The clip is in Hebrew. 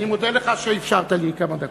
אני מודה לך שאפשרת לי כמה דקות.